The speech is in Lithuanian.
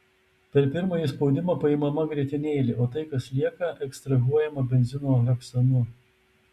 per pirmąjį spaudimą paimama grietinėlė o tai kas lieka ekstrahuojama benzino heksanu